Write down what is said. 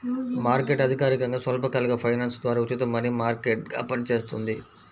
market అధికారికంగా స్వల్పకాలిక finance ద్వారా ఉచిత మనీ మార్కెట్గా పనిచేస్తుంది